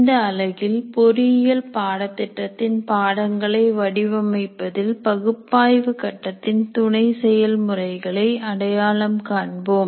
இந்த அலகில் பொறியியல் பாடத்திட்டத்தின் பாடங்களை வடிவமைப்பதில் பகுப்பாய்வு கட்டத்தின் துணை செயல்முறைகளை அடையாளம் காண்போம்